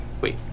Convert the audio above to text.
Wait